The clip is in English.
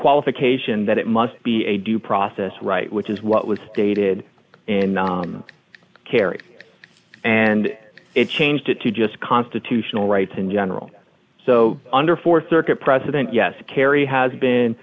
qualification that it must be a due process right which is what was stated and carry and it changed it to just constitutional rights in general so under th circuit precedent yes kerry has been